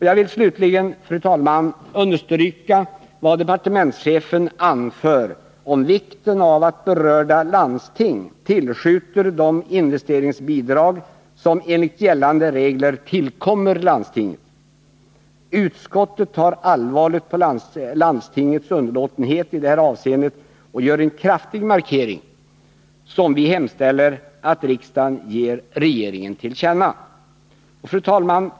Jag vill slutligen, fru talman, understryka vad departementschefen anför om vikten av att berörda landsting tillskjuter de investeringsbidrag som enligt gällande regler tillkommer landstinget. Utskottet tar allvarligt på landstingets underlåtenhet i det här avseendet och gör en kraftig markering, som vi hemställer att riksdagen ger regeringen till känna. Fru talman!